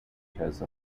because